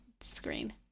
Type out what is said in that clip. screen